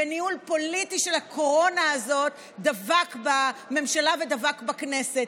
וניהול פוליטי של הקורונה הזאת דבק בממשלה ודבק בכנסת.